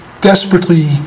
desperately